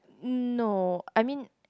n~ no I mean